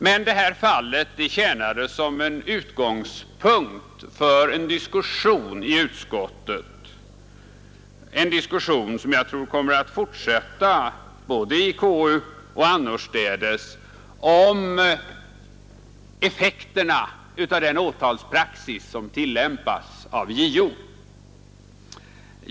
Men detta fall tjänade som en utgångspunkt för en diskussion i utskottet, en diskussion som jag tror kommer att fortsätta både i konstitutionsutskottet och annorstädes, om effekterna av den åtalspraxis som tillämpas av JO.